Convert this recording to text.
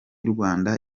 rwanda